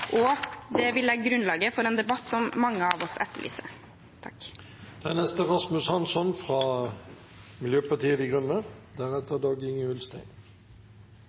og det vil legge grunnlaget for en debatt som mange av oss etterlyser.